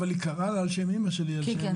אבל היא קראה לה על שם אמא שלי שנפטרה.